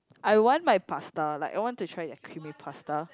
I want my pasta like I want to try like creamy pasta